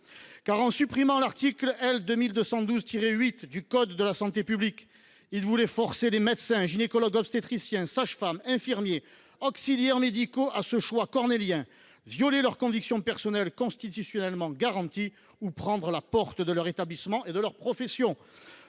Car, en supprimant l’article L. 2212 8 du code de la santé publique, ils voulaient forcer médecins, gynécologues obstétriciens, sages femmes, infirmiers et auxiliaires médicaux à ce choix cornélien : violer leurs convictions personnelles, constitutionnellement garanties, ou prendre la porte de leur établissement et de leur profession.